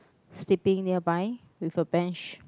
sleeping nearby with a bench